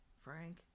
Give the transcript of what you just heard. Frank